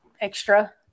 extra